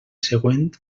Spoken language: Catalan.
següent